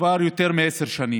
כבר יותר מעשר שנים.